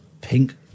pink